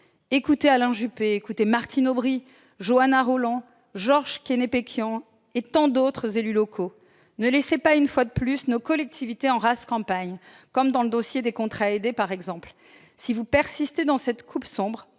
Écoutez Alain Juppé, Martine Aubry, Johanna Rolland, Georges Képénékian, et tant d'autres élus locaux ! Ne laissez pas, une fois de plus, nos collectivités en rase campagne, comme dans le dossier des contrats aidés par exemple. Si vous persistez dans cette coupe claire,